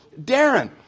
Darren